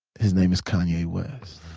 his name is kanye west.